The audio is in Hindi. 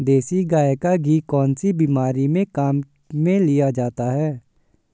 देसी गाय का घी कौनसी बीमारी में काम में लिया जाता है?